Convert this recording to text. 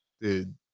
Dude